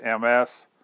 MS